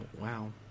wow